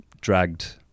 dragged